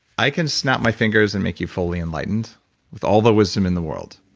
i can snap my fingers and make you fully enlightened with all the wisdom in the world,